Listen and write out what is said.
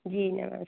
जी नमस